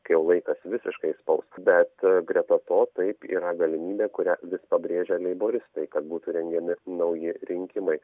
kai laikas visiškai spaus bet greta to taip yra galimybė kurią vis pabrėžia leiboristai kad būtų rengiami nauji rinkimai